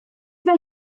fel